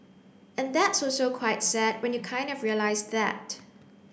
and that's also quite sad when you kind of realise that